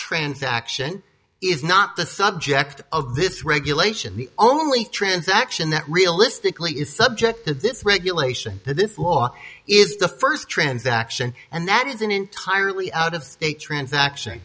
transaction is not the subject of this regulation the only transaction that realistically is subject to this regulation to this law is the first transaction and that is an entirely out of a transaction